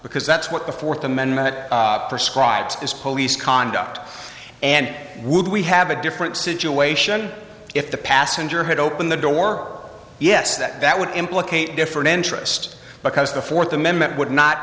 because that's what the fourth amendment prescribe is police conduct and would we have a different situation if the passenger had opened the door yes that that would implicate different interest because the fourth amendment would not